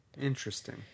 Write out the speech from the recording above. Interesting